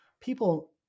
people